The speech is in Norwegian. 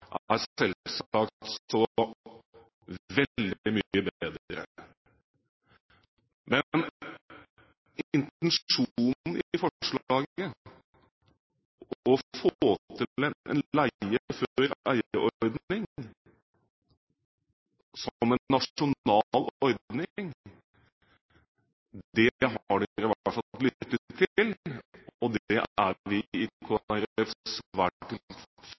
så veldig mye bedre. Men intensjonen i forslaget, å få til en leie-før-eie-ordning som en nasjonal ordning, har man i hvert fall lyttet til. Det er vi i